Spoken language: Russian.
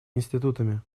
институтами